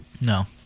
No